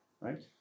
Right